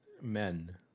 men